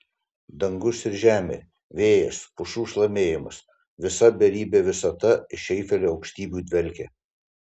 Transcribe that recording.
dangus ir žemė vėjas pušų šlamėjimas visa beribė visata iš eifelio aukštybių dvelkė